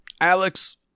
Alex